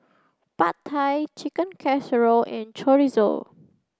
Pad Thai Chicken Casserole and Chorizo